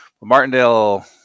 martindale